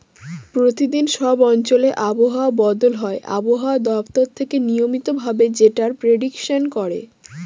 প্রতিদিন সব অঞ্চলে আবহাওয়া বদল হয় আবহাওয়া দপ্তর থেকে নিয়মিত ভাবে যেটার প্রেডিকশন করে